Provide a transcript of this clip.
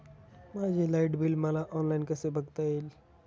माझे light bill मला online कसे बघता येईल?